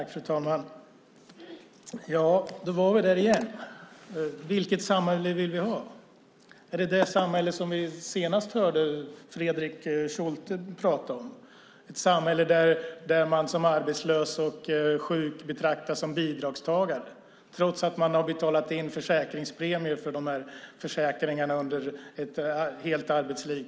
Fru talman! Då kommer vi återigen till frågan: Vilket samhälle vill vi ha? Är det ett samhälle som vi nu hörde Fredrik Schulte prata om, ett samhälle där man som arbetslös och sjuk betraktas som bidragstagare trots att man har betalat in försäkringspremier för dessa försäkringar under kanske ett helt arbetsliv?